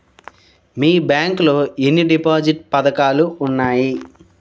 మీ bank లో ఎన్ని deposit పథకాలు ఉన్నాయి?